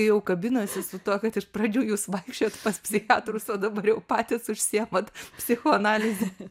jau kabinosi su tuo kad iš pradžių jūs vaikščiojot pas psichiatrus o dabar jau patys užsiimat psichoanalize